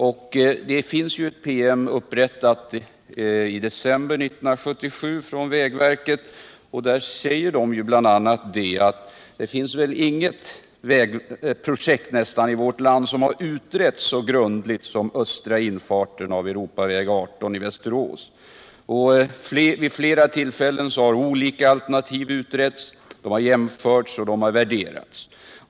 I december 1977 upprättade ju vägverket ett PM, där det bl.a. står att det väl knappast finns något vägprojekt i vårt land som har utretts så grundligt som östra infarten av Europaväg 18 i Västerås. Vid flera tillfällen har olika alternativ utretts, jämförts och värderats.